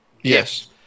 Yes